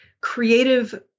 creative